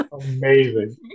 Amazing